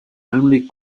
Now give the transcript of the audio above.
only